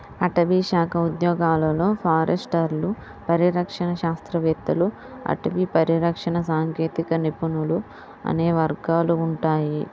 అటవీశాఖ ఉద్యోగాలలో ఫారెస్టర్లు, పరిరక్షణ శాస్త్రవేత్తలు, అటవీ పరిరక్షణ సాంకేతిక నిపుణులు అనే వర్గాలు ఉంటాయి